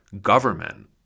government